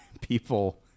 people